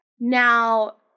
Now